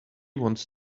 wants